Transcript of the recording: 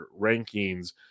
rankings